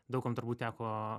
daug kam turbūt teko